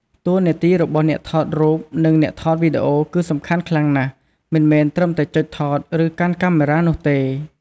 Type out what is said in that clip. តួនាទីរបស់អ្នកថតរូប និងអ្នកថតវីដេអូគឺសំខាន់ខ្លាំងណាស់ មិនមែនត្រឹមតែចុចថត ឬកាន់កាមេរ៉ានោះទេ។